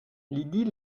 lydie